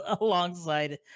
alongside